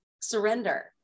surrender